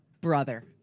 Brother